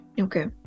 Okay